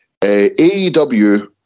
AEW